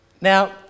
now